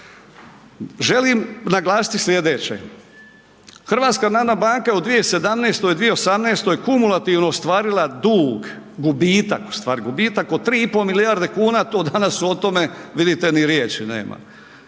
Želim naglasiti slijedeće, HNB u 2017., 2018. kumulativno ostvarila dug, gubitak u stvari gubitak od 3,5 milijarde kuna to danas o tome vidite ni riječi nema.